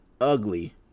ugly